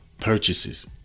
purchases